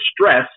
stress